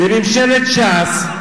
בממשלת ש"ס,